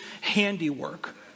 handiwork